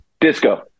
Disco